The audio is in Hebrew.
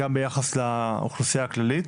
גם ביחס לאוכלוסייה הכללית.